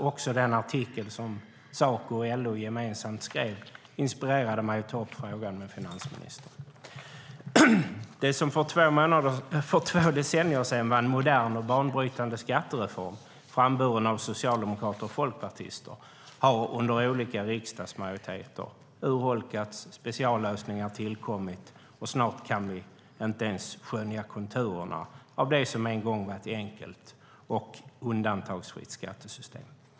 Också den artikel som Saco och LO skrev gemensamt inspirerade mig till att ta upp frågan med finansministern. Det som för två decennier sedan var en modern och banbrytande skattereform, framburen av socialdemokrater och folkpartister, har under olika riksdagsmajoriteter urholkats, och speciallösningar har tillkommit. Snart kan vi inte ens skönja konturerna av det som en gång var ett enkelt och undantagsfritt skattesystem.